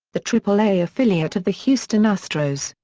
the triple-a affiliate of the houston astros,